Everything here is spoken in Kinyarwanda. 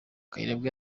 kayirebwa